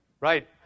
right